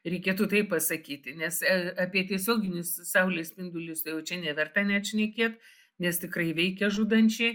reikėtų taip pasakyti nes apie tiesioginius saulės spindulius jau čia neverta net šnekėt nes tikrai veikia žudančiai